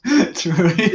True